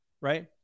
right